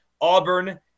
Auburn